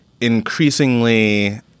increasingly